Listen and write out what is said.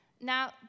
Now